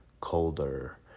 colder